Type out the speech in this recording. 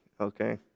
okay